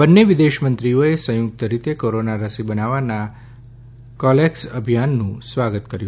બંને વિદેશમંત્રીઓએ સંયુક્ત રીતે કોરોના રસી બનાવવાના કોલેક્સ અભિયાનનું સ્વાગત કર્યું